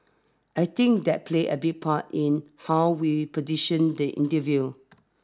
I think that plays a big part in how we position the interview